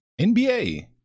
NBA